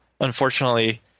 Unfortunately